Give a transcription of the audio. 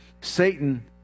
satan